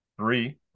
three